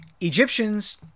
Egyptians